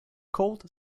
cold